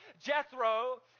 Jethro